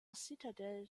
citadelle